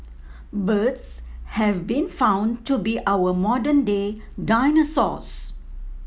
birds have been found to be our modern day dinosaurs